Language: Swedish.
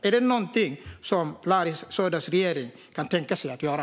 Är det någonting som Larry Söders regering kan tänka sig att göra?